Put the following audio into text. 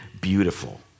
beautiful